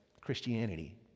Christianity